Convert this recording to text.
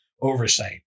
oversight